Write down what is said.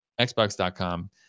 xbox.com